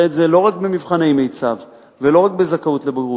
את זה לא רק במבחני המיצ"ב ולא רק בזכאות לבגרות,